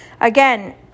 again